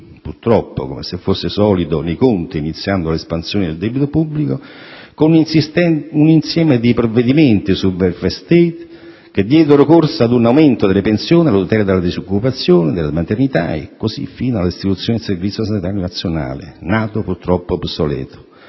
e, come se fosse solido nei conti, iniziando l'espansione del debito pubblico, con un insieme di provvedimenti sul *welfare state* che diedero corso ad un aumento delle pensioni, alla tutela della disoccupazione, della maternità e così fino alla istituzione del Servizio sanitario nazionale, nato purtroppo obsoleto.